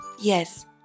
Yes